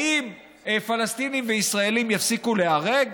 האם פלסטינים וישראלים יפסיקו להיהרג?